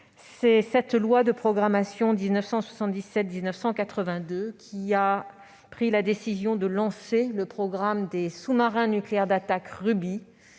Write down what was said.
dans cette loi de programmation 1977-1982 qu'a été prise la décision de lancer le programme des sous-marins nucléaires d'attaque Rubis.